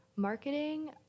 Marketing